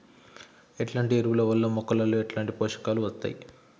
ఎట్లాంటి ఎరువుల వల్ల మొక్కలలో ఎట్లాంటి పోషకాలు వత్తయ్?